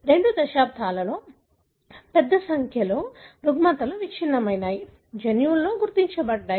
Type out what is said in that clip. రెండు దశాబ్దాలలో పెద్ద సంఖ్యలో రుగ్మతలు విచ్ఛిన్నమయ్యాయి జన్యువులు గుర్తించబడ్డాయి